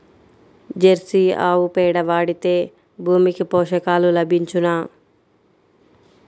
Jersey ఆవు పేడ వాడితే భూమికి పోషకాలు లభించునా?